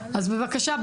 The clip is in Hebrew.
אז בבקשה,